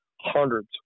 hundreds